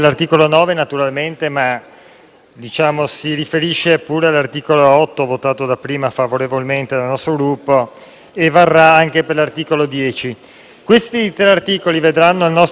9 ma si riferisce anche all'articolo 8, votato prima favorevolmente dal nostro Gruppo, e varrà anche per l'articolo 10. Questi tre articoli vedono il nostro voto favorevole perché